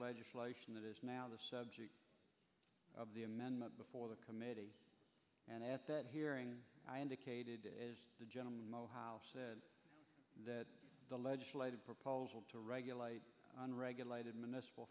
legislation that is now the subject of the amendment before the committee and at that hearing i indicated the gentleman mowhoush said that the legislative proposal to regulate on regulated m